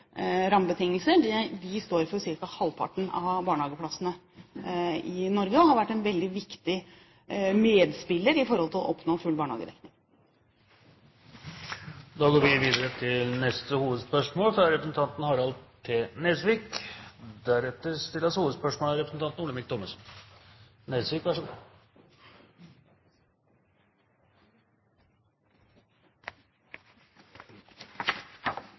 rammebetingelser. De står for ca. halvparten av barnehageplassene i Norge og har vært en veldig viktig medspiller når det gjelder å oppnå full barnehagedekning. Vi går videre til neste hovedspørsmål.